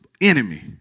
enemy